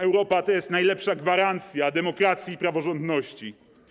Europa to jest najlepsza gwarancja demokracji i praworządności.